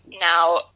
now